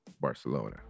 barcelona